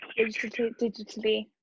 digitally